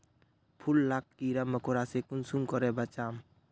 फूल लाक कीड़ा मकोड़ा से कुंसम करे बचाम?